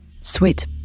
Sweet